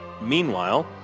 Meanwhile